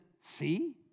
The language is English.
see